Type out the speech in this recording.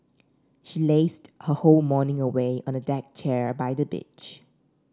she lazed her whole morning away on the deck chair by the beach